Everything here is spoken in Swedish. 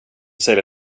sälja